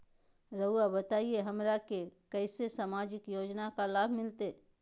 रहुआ बताइए हमरा के कैसे सामाजिक योजना का लाभ मिलते?